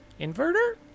Inverter